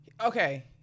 Okay